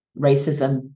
racism